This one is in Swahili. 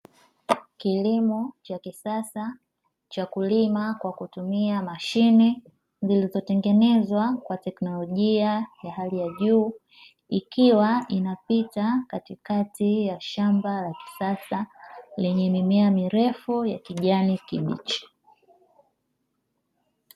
Kilimo cha kisasa cha kulima kwa kutumia mashine zilizotengenezwa kwa teknolojia ya hali ya juu, ikiwa inapita katikati ya shamba la kisasa lenye mimea mirefu ya kijani kibichi.